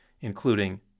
including